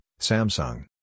Samsung